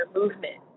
movement